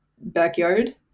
backyard